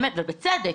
באמת בצדק,